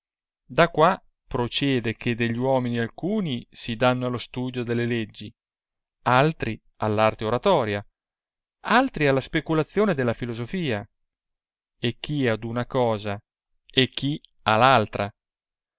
da qua prociede che degli uomini alcuni si danno al studio delle leggi altri all arte oratoria altri alla speculazione della filosofia e chi ad una cosa e chi a l'altra